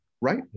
Right